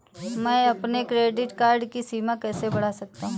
मैं अपने credit card की सीमा कैसे बढ़ा सकता हूँ?